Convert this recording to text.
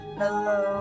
hello